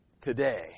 today